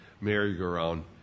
merry-go-round